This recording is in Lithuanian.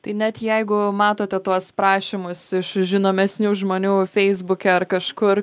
tai net jeigu matote tuos prašymus iš žinomesnių žmonių feisbuke ar kažkur